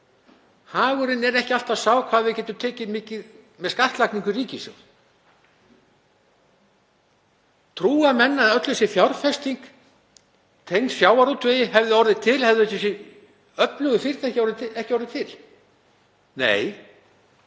Hagurinn er ekki alltaf sá hvað við getum tekið mikið í ríkissjóð með skattlagningu. Trúa menn að öll þessi fjárfesting tengd sjávarútvegi hefði orðið til hefðu þessi öflugu fyrirtæki ekki orðið til? Nei,